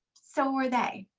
so were they.